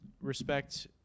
Respect